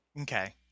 Okay